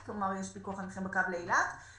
לאילת.